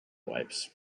wipes